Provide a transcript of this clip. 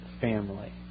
family